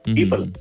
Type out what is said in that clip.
people